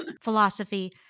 philosophy